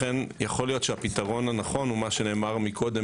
לכן, יכול להיות שהפתרון הנכון הוא מה שנאמר קודם